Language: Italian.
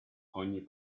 ogni